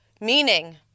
Meaning